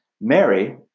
Mary